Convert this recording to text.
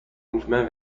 mouvement